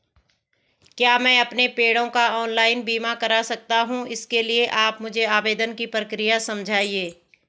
क्या मैं अपने पेड़ों का ऑनलाइन बीमा करा सकता हूँ इसके लिए आप मुझे आवेदन की प्रक्रिया समझाइए?